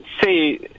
say